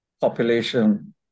population